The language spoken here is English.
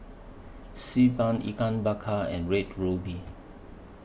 Xi Ban Ikan Bakar and Red Ruby